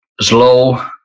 slow